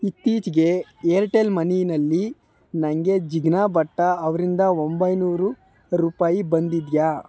ಇತ್ತೀಚೆಗೆ ಏರ್ಟೆಲ್ ಮನಿಯಲ್ಲಿ ನನಗೆ ಜಿಗ್ನಾ ಭಟ್ಟ ಅವರಿಂದ ಒಂಬೈನೂರು ರೂಪಾಯಿ ಬಂದಿದೆಯಾ